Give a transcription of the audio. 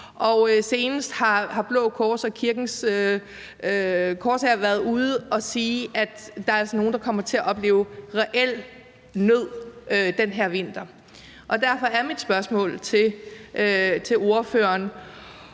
Senest har Blå Kors og Kirkens Korshær været ude at sige, at der altså er nogen, der kommer til at opleve reel nød den her vinter. Derfor er mit spørgsmål til ordføreren,